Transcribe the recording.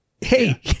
Hey